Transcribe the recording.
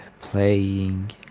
playing